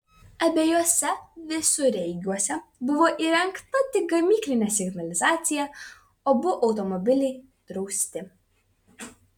abiejuose visureigiuose buvo įrengta tik gamyklinė signalizacija abu automobiliai drausti